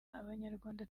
abanyarwanda